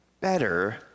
better